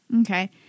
Okay